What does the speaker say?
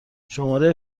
شماره